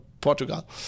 Portugal